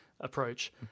approach